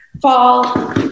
fall